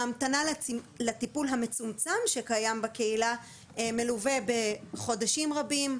ההמתנה לטיפול המצומצם שקיים בקהילה מלווה בחודשים רבים,